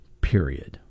period